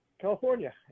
California